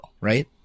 right